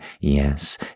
Yes